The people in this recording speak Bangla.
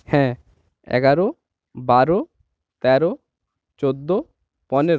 হ্যাঁ এগারো বারো তেরো চোদ্দ পনেরো